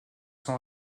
sont